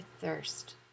thirst